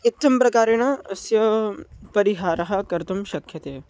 इत्थं प्रकारेण अस्य परिहारः कर्तुं शक्यते